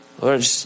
Lord